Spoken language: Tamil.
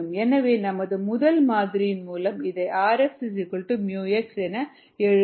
எனவே நமது முதல் மாதிரியின் மூலம் இதை rx µx என எழுதலாம்